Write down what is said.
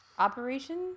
operation